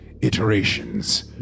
iterations